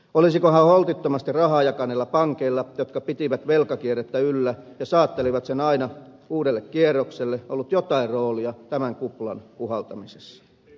olisikohan holtittomasti rahaa jakaneilla pankeilla jotka pitivät velkakierrettä yllä ja saattelivat sen aina uudelle kierrokselle ollut jotain roolia tämän kuplan puhaltamisessa